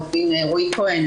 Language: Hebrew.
עורך דין רועי כהן,